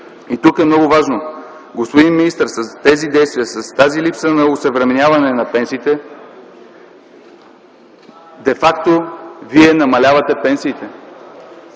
И тук е много важно – господин министър, с тези действия, с тази липса на осъвременяване на пенсиите, де факто вие намалявате пенсиите.